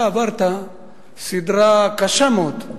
אתה עברת סדרה קשה מאוד,